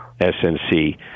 SNC